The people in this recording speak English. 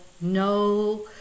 no